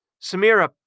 Samira